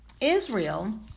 Israel